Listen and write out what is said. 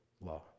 law